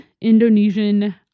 Indonesian